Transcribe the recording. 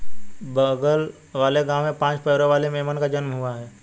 बगल वाले गांव में पांच पैरों वाली मेमने का जन्म हुआ है